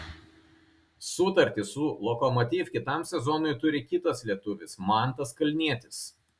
sutartį su lokomotiv kitam sezonui turi kitas lietuvis mantas kalnietis